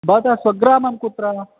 भवतः स्वग्रामं कुत्र